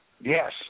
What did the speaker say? Yes